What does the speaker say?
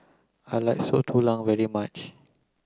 I like Soup Tulang very much